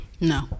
No